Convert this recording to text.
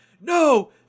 no